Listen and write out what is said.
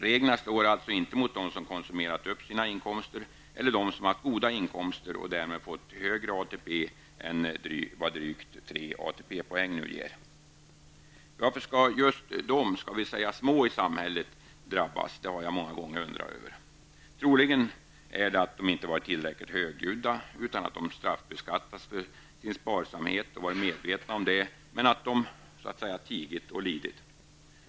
Reglerna slår alltså inte mot dem som konsumerat hela sin inkomst eller dem som haft så goda inkomster att de får högre ATP än vad drygt 3 ATP-poäng ger. Varför skall just de små i samhället drabbas? Det har jag många gånger undrat över. Troligen beror det på att de inte varit tillräckligt högljudda. De har varit medvetna om att de genom skattereglerna bestraffas för sin sparsamhet, men de tigit och lidit.